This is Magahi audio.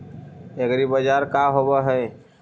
एग्रीबाजार का होव हइ?